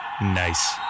Nice